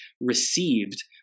received